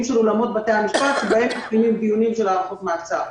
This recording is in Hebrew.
של אולמות בתי המשפט בעת קיום דיונים של הארכות מעצר.